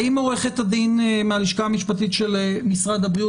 האם עורכת הדין מהלשכה המשפטית של משרד הבריאות,